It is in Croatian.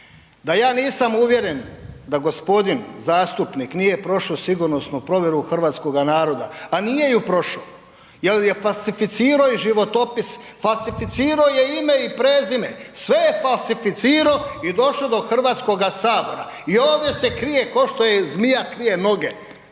Da ja nisam uvjeren da g. zastupnik nije prošao sigurnosnu provjeru hrvatskoga naroda, a nije ju prošao jer je falsificirao i životopis, falsificirao je ime i prezime. Sve je falsificirao i došao do HS-a i ovdje se krije kao što je i zmija krije noge.